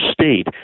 state